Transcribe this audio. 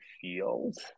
feels